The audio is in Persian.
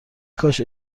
کاش